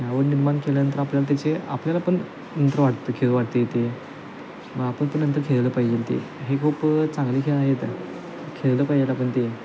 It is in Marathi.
आवड निर्माण केल्यानंतर आपल्याला त्याचे आपल्याला पण नंतर वाटते खेळ वाटते ते मग आपण ते नंतर खेळलं पाहिजे ते हे खूप चांगले खेळ आहे ते खेळले पाहिजेत आपण ते